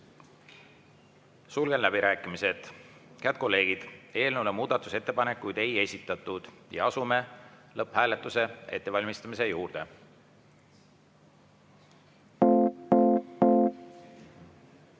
Sulgen läbirääkimised. Head kolleegid! Eelnõu kohta muudatusettepanekuid ei esitatud. Asume lõpphääletuse ettevalmistamise juurde.